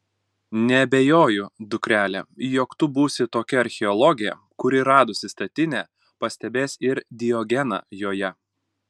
neabejoju dukrele jog tu būsi tokia archeologė kuri radusi statinę pastebės ir diogeną joje